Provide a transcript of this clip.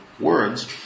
words